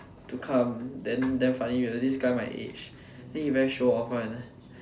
to come then damn funny you know this guy my age then he very show off [one]